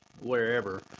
wherever